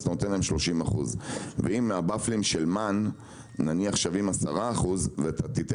אז אתה נותן להם 30%. אם הוופלים של מן שווים לך ברווח 10% אז אתה נותן